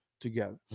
together